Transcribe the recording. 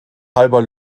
halber